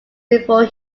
before